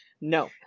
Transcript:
No